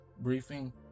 briefing